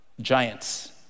giants